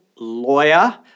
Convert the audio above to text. lawyer